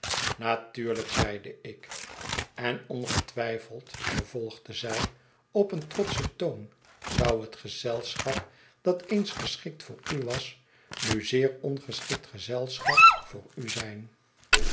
natuurlijk zeide ik en ongetwijfeld vervolgde zij op een trotschen toon zou het gezelschap dat eens geschikt voor u was nu zeer ongeschikt gezelschap voor u zijn